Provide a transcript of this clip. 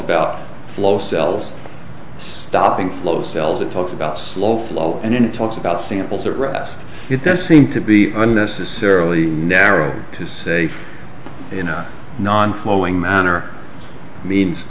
about flow cells stopping flow cells it talks about slow flow and then it talks about samples at rest it does seem to be unnecessarily narrow to say in a non flowing manner means